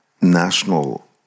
national